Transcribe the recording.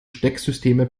stecksysteme